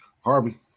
Harvey